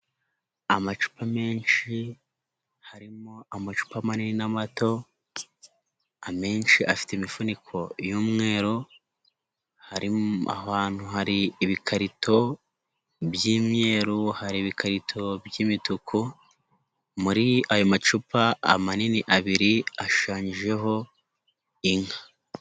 Amacupa menshi, harimo amacupa manini n'amato, amenshi afite imifuniko y'umweru, harimo aho hantu hari ibikarito by'imyeru, hari ibikarito by'imituku, muri ayo macupa, amanini abiri, ashushanyijeho inka.